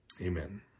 Amen